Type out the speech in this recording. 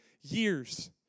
years